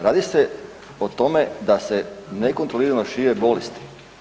Radi se o tome da se nekontrolirano šire bolesti.